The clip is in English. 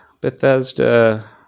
Bethesda